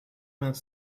vingt